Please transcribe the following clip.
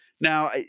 now